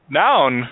noun